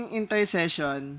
intercession